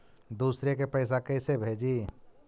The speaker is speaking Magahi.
दुसरे के पैसा कैसे भेजी?